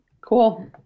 cool